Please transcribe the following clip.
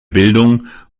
bildung